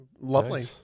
Lovely